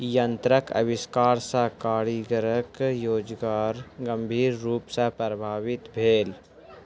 यंत्रक आविष्कार सॅ कारीगरक रोजगार गंभीर रूप सॅ प्रभावित भेल